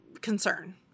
concern